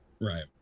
Right